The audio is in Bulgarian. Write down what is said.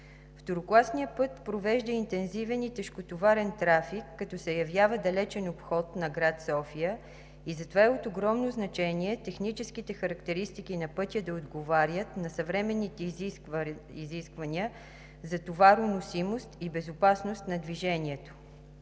Второкласният път провежда интензивен и тежкотоварен трафик, като се явява далечен обход на град София и затова е от огромно значение техническите характеристики на пътя да отговарят на съвременните изисквания за товароносимост и безопасност на движението.